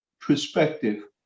perspective